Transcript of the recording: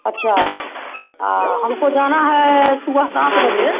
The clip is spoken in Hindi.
अच्छा हमको जाना है सुबह सात बजे